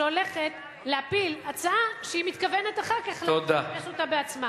שהולכת להפיל הצעה שהיא מתכוונת אחר כך להגיש אותה בעצמה.